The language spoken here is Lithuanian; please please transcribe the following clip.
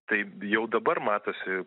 tai jau dabar matosi